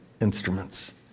instruments